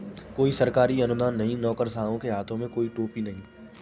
कोई सरकारी अनुदान नहीं, नौकरशाहों के हाथ में कोई टोपी नहीं